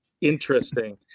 interesting